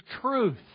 truth